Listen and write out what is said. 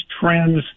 trends